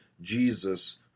Jesus